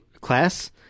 class